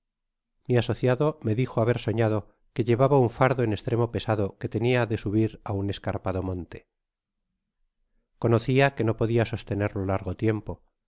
mi asociado me dijo haber sonado que llevaba un fardo en estremo pesado que tenia de subir á un escarpado monte conocia que no podria sostenerlo largo tiempo